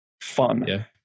fun